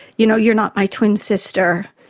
you know, you're not my twin sister.